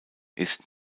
ist